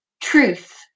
truth